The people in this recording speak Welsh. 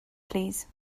plîs